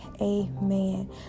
amen